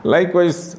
Likewise